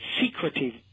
secretive